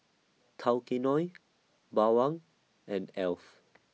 Tao Kae Noi Bawang and Alf